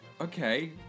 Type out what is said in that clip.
Okay